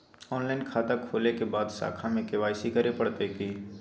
Online खाता खोलै के बाद शाखा में के.वाई.सी करे परतै की?